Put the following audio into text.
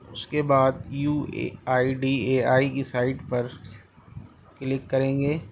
اس کے بعد U A I D A I کی سائٹ پر کلک کریں گے